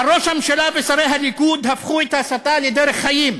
אבל ראש הממשלה ושרי הליכוד הפכו את ההסתה לדרך חיים.